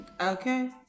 Okay